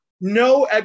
No